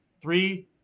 three